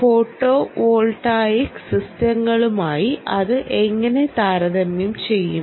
ഫോട്ടോവോൾട്ടെയ്ക്ക് സിസ്റ്റങ്ങളുമായി ഇത് എങ്ങനെ താരതമ്യം ചെയ്യും